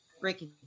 breaking